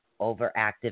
overactive